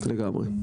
לגמרי.